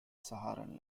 saharan